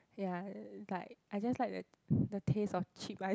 ya like I just like the the taste of cheap ice